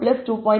5 சதவீதம்